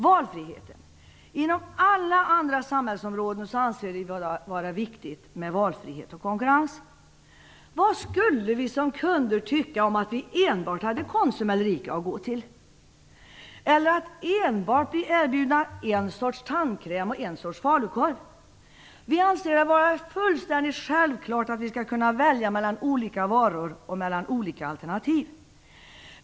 Valfriheten: Inom så gott som alla samhällsområden anser vi det vara viktigt mer valfrihet och konkurrens. Vad skulle vi som kunder tycka om vi enbart hade Konsum eller ICA att gå till, att enbart bli erbjudna en sorts tandkräm eller falukorv? Vi anser det vara fullständigt självklart att vi skall kunna välja mellan olika varor och olika alternativ.